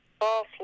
Off